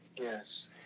Yes